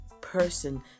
person